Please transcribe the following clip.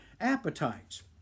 appetites